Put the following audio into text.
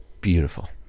beautiful